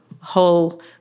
whole